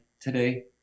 today